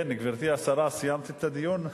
כן, גברתי השרה, סיימת את הדיון?